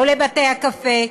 לא לבתי הקפה,